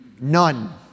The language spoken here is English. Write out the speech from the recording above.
None